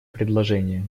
предложения